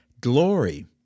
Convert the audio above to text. Glory